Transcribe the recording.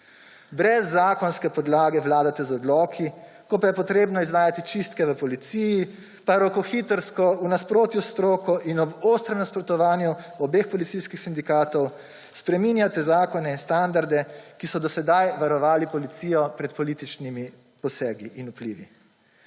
Brez zakonske podlage vladate z odloki, ko je potrebno izvajati čistke v policiji, pa rokohitrsko, v nasprotju s stroko in ob ostrem nasprotovanju obeh policijskih sindikatov spreminjate zakone in standarde, ki so do sedaj varovali policijo pred političnimi posegi in vplivi.